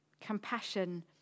Compassion